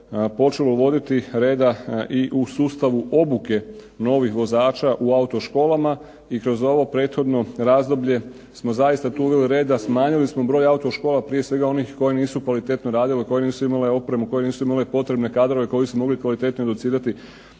počelo voditi reda i u sustavu obuke novih vozača u autoškolama, i kroz ovo prethodno razdoblje smo zaista tu uveli reda, smanjili smo broj autoškola, prije svega onih koje nisu kvalitetno radile, koje nisu imale opremu, koje nisu imale potrebne kadrove, koji nisu mogli kvalitetno educirati